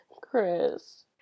Chris